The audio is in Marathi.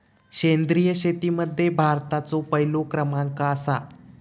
सेंद्रिय शेतीमध्ये भारताचो पहिलो क्रमांक आसा